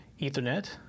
Ethernet